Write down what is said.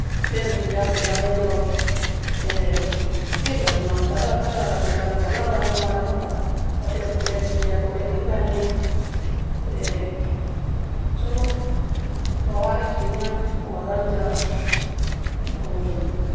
फिर जाइयै हस्पतालें जाओ ते केह् करना ऐ घरा दा गजारा चला दा ऐ माड़ा मुट्टा कपड़े कुपड़े सियै थोह्ड़े करी लैन्ने आं ते चलो गवांऽ रक्खी दियां न होआ दा गजारा ते होर